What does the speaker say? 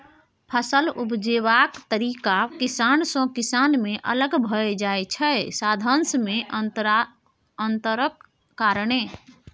फसल उपजेबाक तरीका किसान सँ किसान मे अलग भए जाइ छै साधंश मे अंतरक कारणेँ